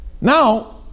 Now